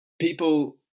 people